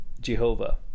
Jehovah